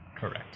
correct